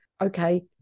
okay